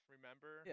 Remember